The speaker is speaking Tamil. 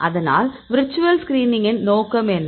அதனால் விர்ச்சுவல் ஸ்கிரீனிங் இன் நோக்கம் என்ன